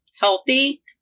healthy